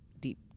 deep